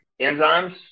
enzymes